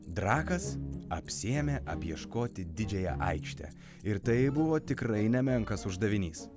drakas apsiėmė apieškoti didžiąją aikštę ir tai buvo tikrai nemenkas uždavinys